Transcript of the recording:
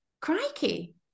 crikey